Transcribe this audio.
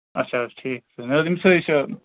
اچھا حظ ٹھیٖک نہَ حظ أمِس ہَے أسۍ